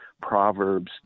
Proverbs